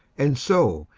and so,